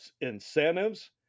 incentives